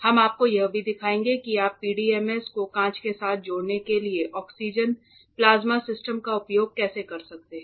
हम आपको यह भी दिखाएंगे कि आप PDMS को कांच के साथ जोड़ने के लिए ऑक्सीजन प्लाज्मा सिस्टम का उपयोग कैसे कर सकते हैं